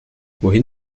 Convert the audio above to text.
wohin